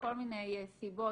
מכל מיני סיבות,